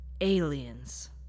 Aliens